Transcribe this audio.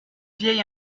vieil